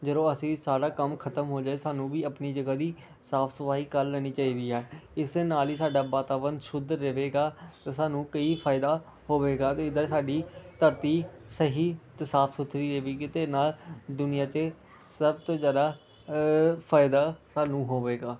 ਜਦੋਂ ਅਸੀਂ ਸਾਰਾ ਕੰਮ ਖ਼ਤਮ ਹੋ ਜਾਏ ਸਾਨੂੰ ਵੀ ਆਪਣੀ ਜਗ੍ਹਾ ਦੀ ਸਾਫ਼ ਸਫਾਈ ਕਰ ਲੈਣੀ ਚਾਹੀਦੀ ਹੈ ਇਸੇ ਨਾਲ ਹੀ ਸਾਡਾ ਵਾਤਾਵਰਨ ਸ਼ੁੱਧ ਰਹੇਗਾ ਅਤੇ ਸਾਨੂੰ ਕਈ ਫਾਇਦਾ ਹੋਵੇਗਾ ਅਤੇ ਇਦਾਂ ਸਾਡੀ ਧਰਤੀ ਸਹੀ ਅਤੇ ਸਾਫ਼ ਸੁਥਰੀ ਰਹੇਗੀ ਅਤੇ ਨਾਲ ਦੁਨੀਆ 'ਚ ਸਭ ਤੋਂ ਜ਼ਿਆਦਾ ਫਾਇਦਾ ਸਾਨੂੰ ਹੋਵੇਗਾ